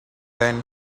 then